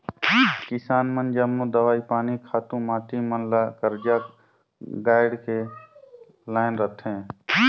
किसान मन जम्मो दवई पानी, खातू माटी मन ल करजा काएढ़ के लाएन रहथें